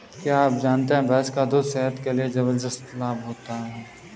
क्या आप जानते है भैंस का दूध सेहत के लिए जबरदस्त लाभ देता है?